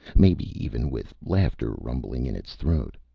maybe even with laughter rumbling in its throat.